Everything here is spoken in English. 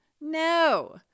No